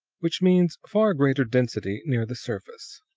which means far greater density near the surface.